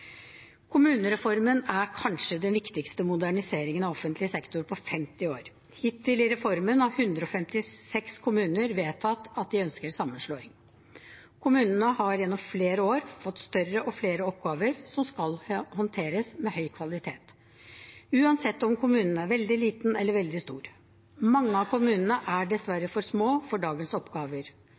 Kommunereformen er kanskje den viktigste moderniseringen av offentlig sektor på 50 år. Hittil i reformen har 156 kommuner vedtatt at de ønsker sammenslåing. Kommunene har gjennom flere år fått større og flere oppgaver, som skal håndteres med høy kvalitet – uansett om kommunen er veldig liten eller veldig stor. Mange av kommunene er dessverre for små for dagens oppgaver.